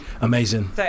Amazing